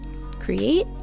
create